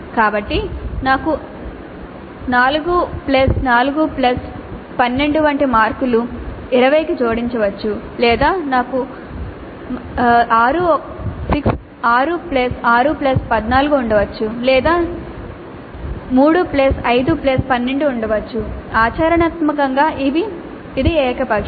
కాబట్టి నాకు 4 4 12 వంటి మార్కులు 20 కి జోడించవచ్చు లేదా నాకు 6 6 14 ఉండవచ్చు లేదా నాకు 3 5 12 ఉండవచ్చు ఆచరణాత్మకంగా ఇది ఏకపక్షం